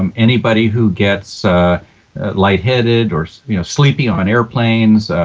um anybody who gets light-headed or you know sleepy on airplanes,